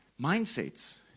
mindsets